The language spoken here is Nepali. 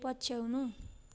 पछ्याउनु